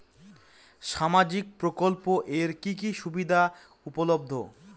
সামাজিক প্রকল্প এর কি কি সুবিধা উপলব্ধ?